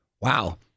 Wow